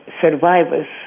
survivors